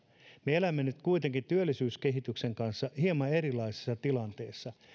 me elämme nyt kuitenkin työllisyyskehityksen kanssa hieman erilaisessa tilanteessa